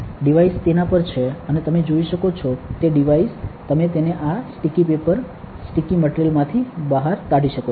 device તેના પર છે અને તમે જોઈ શકો છો તે ડિવાઇસ તમે તેને આ સ્ટીકી પેપર સ્ટીકી મટિરિયલ માંથી બહાર કાઢી શકો છો